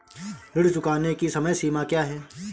ऋण चुकाने की समय सीमा क्या है?